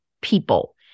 people